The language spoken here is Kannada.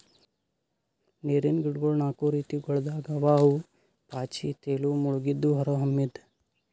ನೀರಿನ್ ಗಿಡಗೊಳ್ ನಾಕು ರೀತಿಗೊಳ್ದಾಗ್ ಅವಾ ಅವು ಪಾಚಿ, ತೇಲುವ, ಮುಳುಗಿದ್ದು, ಹೊರಹೊಮ್ಮಿದ್